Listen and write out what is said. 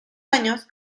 años